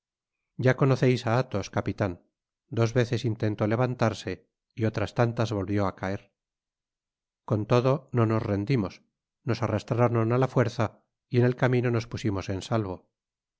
ya conoceis á athos capitan j s veces intentó levantarse y otras tantas volvió á caer con lodo no nos rendimos nos arrastraron á la fuerza y en el camino nos pusimos en salvo en